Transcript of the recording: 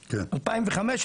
2005,